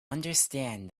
understand